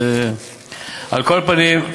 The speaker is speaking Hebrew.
על כל פנים,